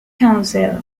council